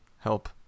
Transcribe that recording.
Help